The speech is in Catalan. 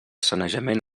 sanejament